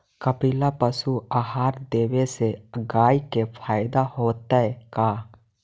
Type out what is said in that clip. कपिला पशु आहार देवे से गाय के फायदा होतै का?